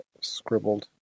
scribbled